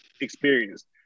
experience